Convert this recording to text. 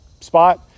spot